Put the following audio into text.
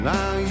Now